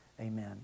amen